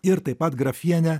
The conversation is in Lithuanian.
ir taip pat grafienė